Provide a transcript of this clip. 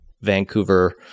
Vancouver